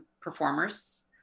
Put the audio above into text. performers